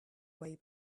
way